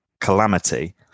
calamity